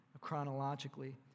chronologically